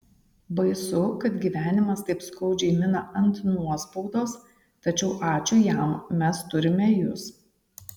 baisu kad gyvenimas taip skaudžiai mina ant nuospaudos tačiau ačiū jam mes turime jus